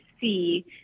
see